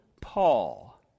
Paul